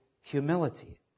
humility